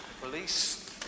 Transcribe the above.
Police